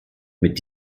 mit